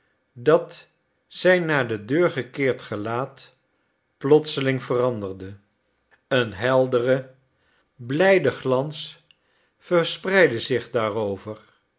dat zijn naar de deur gekeerd gelaat plotseling veranderde een heldere blijde glans verspreidde zich daarover